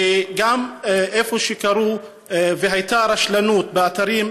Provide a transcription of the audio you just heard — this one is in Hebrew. ובמקומות שהייתה רשלנות באתרים,